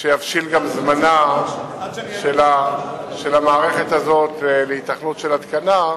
גם זמנה של המערכת הזאת להיתכנות של התקנה,